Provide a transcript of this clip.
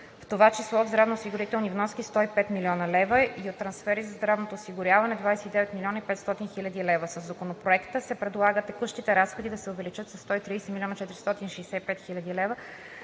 в това число от здравноосигурителни вноски 105 млн. лв. и от трансфери за здравното осигуряване – 29 млн. 500 хил. лв. Със Законопроекта се предлага текущите разходи да се увеличат със 130 млн. 465 хил.